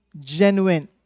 genuine